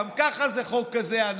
וגם ככה זה חוק כזה ענק,